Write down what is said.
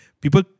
people